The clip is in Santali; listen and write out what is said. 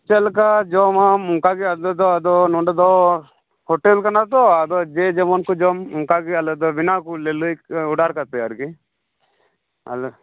ᱪᱮᱫ ᱞᱮᱠᱟ ᱡᱚᱢᱟᱢ ᱚᱱᱠᱟ ᱜᱮ ᱟᱞᱮ ᱫᱚ ᱟᱫᱚ ᱱᱚᱸᱰᱮ ᱫᱚ ᱦᱳᱴᱮᱞ ᱠᱟᱱᱟ ᱛᱚ ᱟᱫᱚ ᱡᱮ ᱡᱮᱢᱚᱱ ᱠᱚ ᱡᱚᱢ ᱚᱱᱠᱟ ᱜᱮ ᱟᱞᱮ ᱫᱚ ᱵᱮᱱᱟᱣ ᱟᱠᱣᱟᱞᱮ ᱞᱟᱹᱭ ᱚᱰᱟᱨ ᱠᱟᱛᱮᱫ ᱟᱨᱠᱤ ᱟᱞᱮ